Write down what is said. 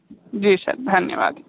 जी sir धन्यवाद